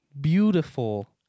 beautiful